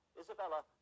Isabella